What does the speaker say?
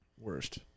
worst